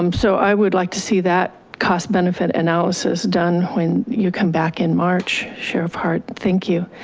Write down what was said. um so i would like to see that cost benefit analysis done when you come back in march, sheriff hart, thank you.